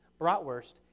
bratwurst